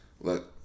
Look